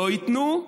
לא ייתנו,